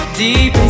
deep